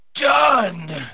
done